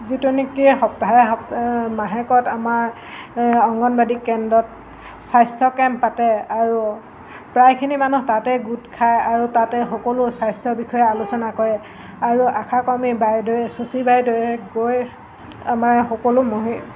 যিটো নেকি সপ্তাহে মাহেকত আমাৰ অংগনবাদী কেন্দ্ৰত স্বাস্থ্য কেম্প পাতে আৰু প্ৰায়খিনি মানুহ তাতে গোট খায় আৰু তাতে সকলো স্বাস্থ্যৰ বিষয়ে আলোচনা কৰে আৰু আশা কৰ্মী বাইদেৱে চুচি বাইদেৱে গৈ আমাৰ সকলো মহি